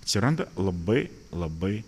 atsiranda labai labai